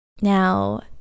Now